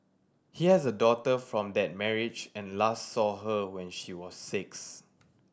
he has a daughter from that marriage and last saw her when she was six